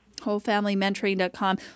wholefamilymentoring.com